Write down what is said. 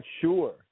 sure